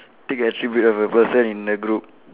take a attribute of a person in the group